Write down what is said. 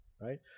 Right